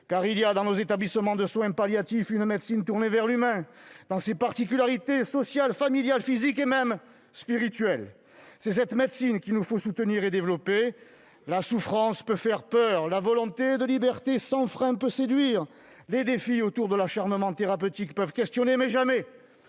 Car il y a dans nos établissements de soins palliatifs une médecine tournée vers l'humain dans ses particularités sociales, familiales, physiques et même spirituelles. C'est cette médecine qu'il nous faut soutenir et développer. La souffrance peut faire peur, la volonté de liberté sans frein peut séduire, l'acharnement thérapeutique peut susciter des